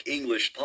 English